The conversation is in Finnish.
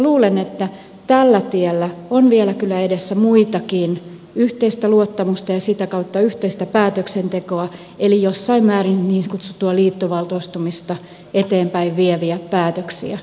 luulen että tällä tiellä on vielä kyllä edessä muitakin yhteistä luottamusta ja sitä kautta yhteistä päätöksentekoa eli jossain määrin niin kutsuttua liittovaltioitumista eteenpäin vieviä päätöksiä